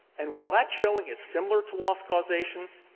and while that showing is similar to loss causation,